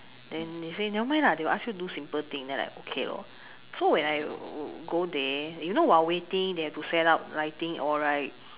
then they say never mind lah they will ask you do simple thing then like okay lor so when I go there you know while waiting they have to set up lighting all right